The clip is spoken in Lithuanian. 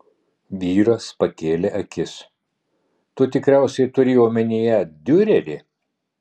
vyras pakėlė akis tu tikriausiai turi omenyje diurerį